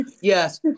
Yes